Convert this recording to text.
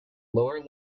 lower